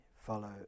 follow